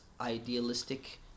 idealistic